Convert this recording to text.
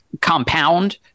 compound